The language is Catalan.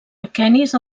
aquenis